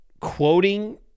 Quoting